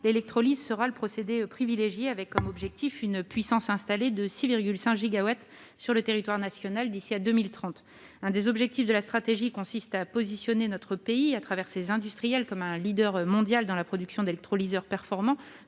l'électrolyse sera privilégiée, l'objectif étant d'atteindre une puissance installée de 6,5 gigawatts sur le territoire national d'ici à 2030. L'un des objectifs de la stratégie est de positionner notre pays, à travers ses industriels, comme un leader mondial dans la production d'électrolyseurs performants